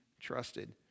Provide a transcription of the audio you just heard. trusted